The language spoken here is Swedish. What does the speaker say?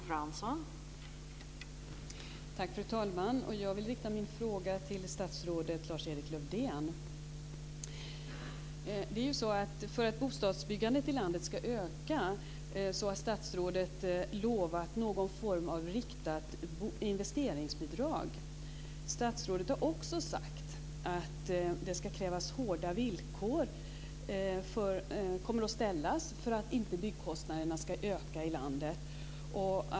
Fru talman! Jag vill rikta min fråga till statsrådet Lars-Erik Lövdén. För att bostadsbyggandet i landet ska öka har ju statsrådet lovat någon form av riktat investeringsbidrag. Statsrådet har också sagt att hårda villkor kommer att ställas för att inte byggkostnaderna ska öka i landet.